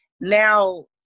Now